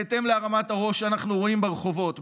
בהתאם להרמת הראש שאנחנו רואים ברחובות,